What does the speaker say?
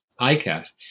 ICAF